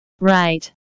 Right